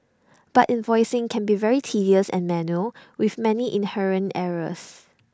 but invoicing can be very tedious and manual with many inherent errors